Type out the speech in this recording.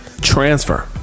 transfer